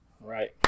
right